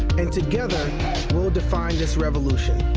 and together we'll define this revolution